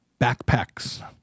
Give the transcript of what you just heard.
backpacks